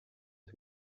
oes